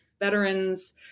veterans